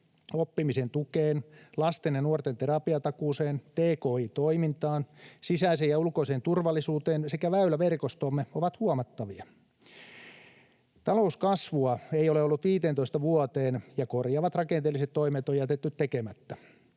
oppimisen tukeen, lasten ja nuorten terapiatakuuseen, tki-toimintaan, sisäiseen ja ulkoiseen turvallisuuteen sekä väyläverkostoomme ovat huomattavia. Talouskasvua ei ole ollut viiteentoista vuoteen, ja korjaavat rakenteelliset toimet on jätetty tekemättä.